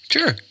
Sure